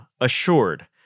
assured